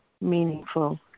meaningful